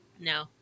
No